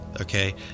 okay